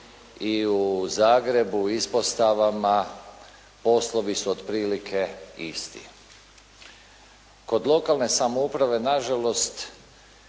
i u Zagrebu ispostavama poslovi su otprilike isti. Kod lokalne samouprave na žalost